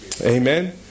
Amen